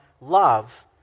love